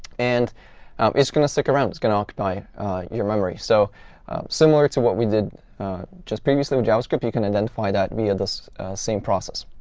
and it's going to stick around. it's going to occupy your memory. so similar to what we did just previously with javascript, you can identify that via the same process,